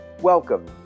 Welcome